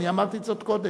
אני אמרתי את זה עוד קודם,